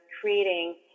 creating